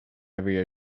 every